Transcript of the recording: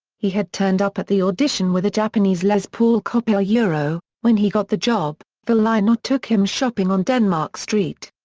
he had turned up at the audition with a japanese les paul copy ah yeah when he got the job, phil lynott took him shopping on denmark street.